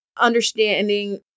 understanding